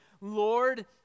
Lord